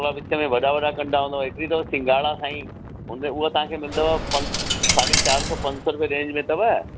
थोड़ा विचमें वॾा वॾा कंडा हूंदव हिकिड़ी अथव सिंगाड़ा साईं हुनते हूअ तव्हांखे मिलंदव पंज साढ़ी चारि सौ पंज सौ रेंज में अथव